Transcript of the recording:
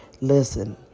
listen